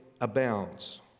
abounds